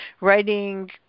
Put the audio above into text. writing